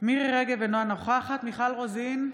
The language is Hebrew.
מירי מרים רגב, אינה נוכחת מיכל רוזין,